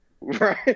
Right